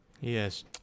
Yes